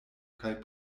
kaj